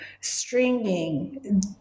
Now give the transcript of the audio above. stringing